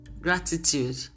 Gratitude